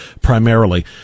primarily